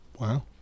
Wow